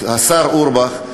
השר אורבך.